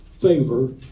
favor